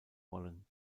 wollen